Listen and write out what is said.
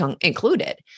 included